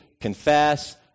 confess